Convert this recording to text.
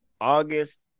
August